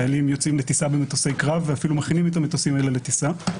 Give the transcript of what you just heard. חיילים יוצאים לטיסה במטוסי קרב ואפילו מכינים את המטוסים האלה לטיסה,